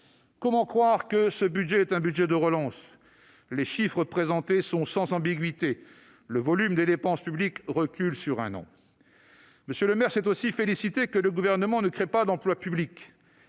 Comment croire que ce budget est un budget de relance ? Les chiffres présentés sont sans ambiguïté : le volume des dépenses publiques recule sur un an. M. Le Maire s'est aussi félicité que le Gouvernement ne crée pas d'emplois publics.